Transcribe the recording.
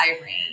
Irene